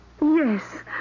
Yes